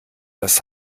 das